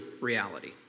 reality